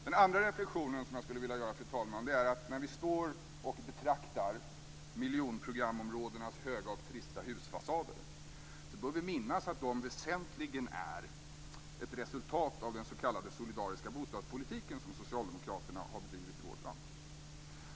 Den andra reflexionen som jag skulle vilja göra, fru talman, är att när vi står och betraktar miljonprogramområdenas höga och trista husfasader bör vi minnas att de väsentligen är ett resultat av den s.k. solidariska bostadspolitik som socialdemokraterna har bedrivit i vårt land.